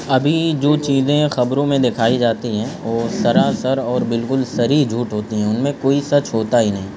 ابھی جو چیزیں خبروں میں دکھائی جاتی ہیں وہ سرا سر اور بالکل سریح ہی جھوٹ ہوتی ہیں ان میں کوئی سچ ہوتا ہی نہیں